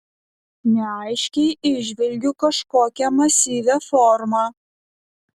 neaiškiai įžvelgiu kažkokią masyvią formą